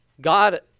God